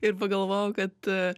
ir pagalvojau kad